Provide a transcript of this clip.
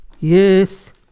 Yes